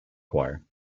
choir